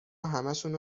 همشونو